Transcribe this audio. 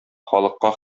халыкка